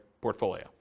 portfolio